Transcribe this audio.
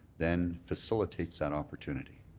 then facilitates that opportunity.